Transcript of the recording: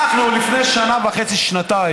אנחנו, לפני שנה וחצי-שנתיים,